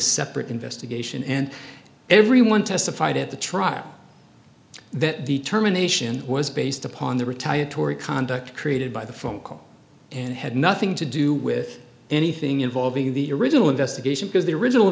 separate investigation and everyone testified at the trial that determination was based upon the retaliatory conduct created by the phone call and had nothing to do with anything involving the original investigation because the original